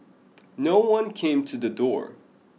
no one came to the door